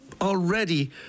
already